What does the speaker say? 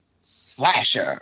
slasher